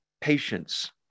patience